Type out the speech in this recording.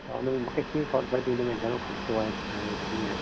त उन में मूंखे कीअं ख़बर पए थी घणो ख़र्चो आहे छा आहे कीअं आहे